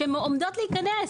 שעומדות להיכנס,